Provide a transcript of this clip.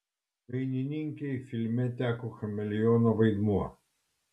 dainininkei filme teko chameleono vaidmuo